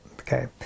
okay